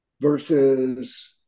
versus